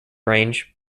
range